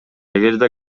эгерде